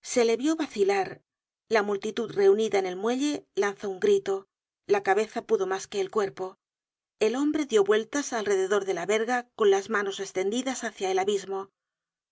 se le vió vacilar la multitud reunida en el muelle lanzó un grito la cabeza pudo mas que el cuerpo el hombre dió vueltas alrededor de la verga con las manos estendidas hácia el abismo